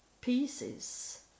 pieces